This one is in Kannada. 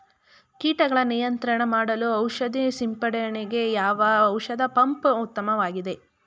ಕೀಟಗಳ ನಿಯಂತ್ರಣ ಮಾಡಲು ಔಷಧಿ ಸಿಂಪಡಣೆಗೆ ಯಾವ ಔಷಧ ಪಂಪ್ ಉತ್ತಮವಾಗಿದೆ?